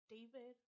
David